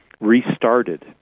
restarted